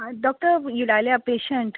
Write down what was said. doctor ही आयल्या patient